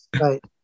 right